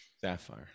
Sapphire